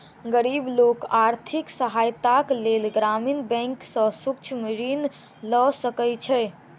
गरीब लोक आर्थिक सहायताक लेल ग्रामीण बैंक सॅ सूक्ष्म ऋण लय सकै छै